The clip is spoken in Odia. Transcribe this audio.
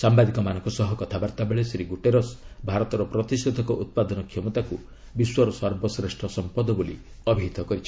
ସାମ୍ଭାଦିକମାନଙ୍କ ସହ କଥାବାର୍ତ୍ତା ବେଳେ ଶ୍ରୀ ଗ୍ରଟେରସ୍ ଭାରତର ପ୍ରତିଷେଧକ ଉତ୍ପାଦନ କ୍ଷମତାକୁ ବିଶ୍ୱର ସର୍ବଶେଷ୍ଠ ସମ୍ପଦ ବୋଲି ଅଭିହିତ କରିଛନ୍ତି